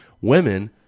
Women